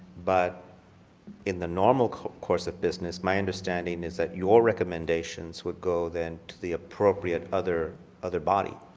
but in the normal course of business, my understanding is that your recommendations would go then to the appropriate other other body.